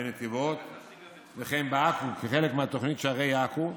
בנתיבות וכן בעכו, כחלק מהתוכנית שערי עכו,